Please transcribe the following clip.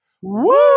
woo